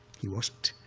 he wasn't,